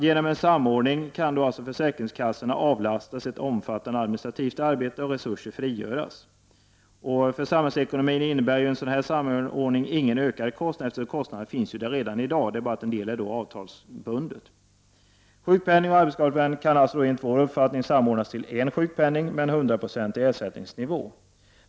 Genom en samordning kan försäkringskassorna avlastas ett omfattande administrativt arbete och resurser frigöras. För samhällsekonomin innebär en sådan samordning ingen ökad kostnad, eftersom kostnaderna finns där redan i dag, med den skillnaden att en del är avtalsbundna. Sjukpenningen och arbetsskadesjukpenningen kan alltså enligt vår uppfattning samordnas till en sjukpenning med hundraprocentig ersättningsnivå.